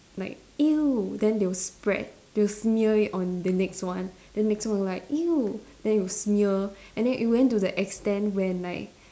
like !eww! then they will spread they will smear it on the next one then next one will like !eww! then will smear then it went to the extent when like